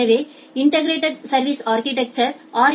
எனவே இன்டெகிரெட் சா்விஸ் அா்கிடெக்சர் மற்றும் ஆர்